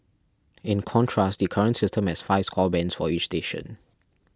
in contrast the current system has five score bands for each station